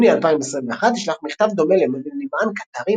ביוני 2021 נשלח מכתב דומה לנמען קטרי